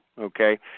okay